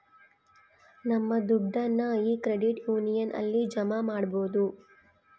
ನಮ್ ದುಡ್ಡನ್ನ ಈ ಕ್ರೆಡಿಟ್ ಯೂನಿಯನ್ ಅಲ್ಲಿ ಜಮಾ ಮಾಡ್ಬೋದು